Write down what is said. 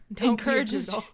encourages